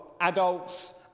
adults